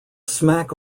smack